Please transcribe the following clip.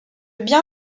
bien